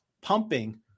pumping